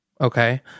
Okay